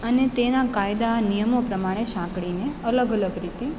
અને તેના કાયદાના નિયમો પ્રમાણે સાંકળીને અલગ અલગ રીતે